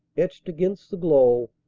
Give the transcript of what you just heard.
etched against the glow,